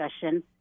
discussion